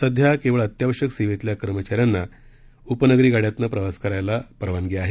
सध्या केवळ अत्यावश्यक सेवेतल्या कर्मचाऱ्यांना केवळ उपनगरी गाड्यातनं प्रवास करायला परवानगी आहे